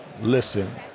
listen